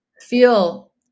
feel